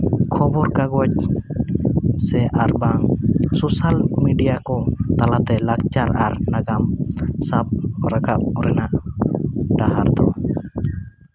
ᱠᱷᱚᱵᱚᱨ ᱠᱟᱜᱚᱡᱽ ᱥᱮ ᱟᱨ ᱵᱟᱝ ᱥᱳᱥᱟᱞ ᱢᱤᱰᱤᱭᱟ ᱠᱚ ᱛᱟᱞᱟᱛᱮ ᱞᱟᱠᱪᱟᱨ ᱟᱨ ᱱᱟᱜᱟᱢ ᱥᱟᱵ ᱨᱟᱠᱟᱵ ᱨᱮᱱᱟᱜ ᱰᱟᱦᱟᱨ ᱫᱚ